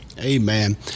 Amen